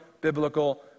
biblical